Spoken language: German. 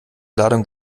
ladung